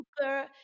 super